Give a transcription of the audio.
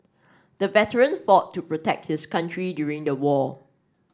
the veteran fought to protect his country during the war